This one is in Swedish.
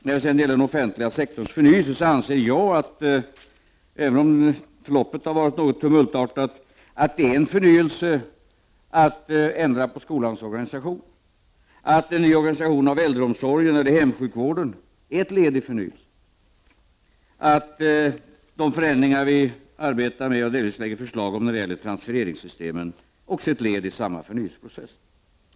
När det sedan gäller den offentliga sektorns förnyelse anser jag, även om förloppet har varit något tumultartat, att det är en förnyelse att ändra skolans organisation, att den nya organisationen av äldreomsorgen och hemsjukvården är ett led i förnyelsen liksom även att de förändringar som vi arbetar med och delvis lägger fram förslag om när det gäller transfereringssystemen är ett led i samma förnyelseprocess.